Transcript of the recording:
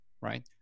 right